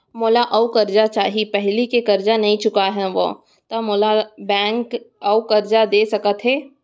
मोला अऊ करजा चाही पहिली के करजा नई चुकोय हव त मोल ला बैंक अऊ करजा दे सकता हे?